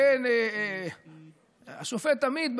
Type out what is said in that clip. שהשופט עמית,